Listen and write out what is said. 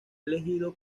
elegido